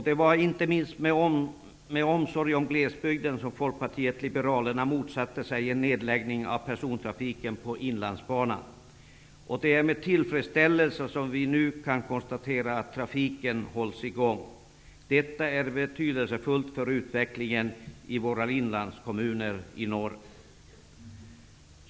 Det var inte minst av omsorg om glesbygden som Folkpartiet liberalerna motsatte sig en nedläggning av persontrafiken på Inlandsbanan. Det är med tillfredsställelse som vi nu kan konstatera att trafiken hålls i gång. Detta är betydelsefullt för utvecklingen i våra inlandskommuner i norr.